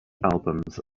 albums